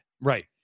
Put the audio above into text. right